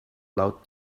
laut